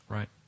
Right